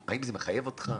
האם זה מחייב אותך?